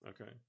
Okay